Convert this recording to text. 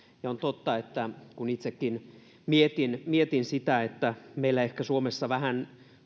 on totta kun itsekin mietin mietin sitä että meillä ehkä suomessa vähän